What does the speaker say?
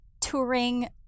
touring